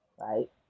Right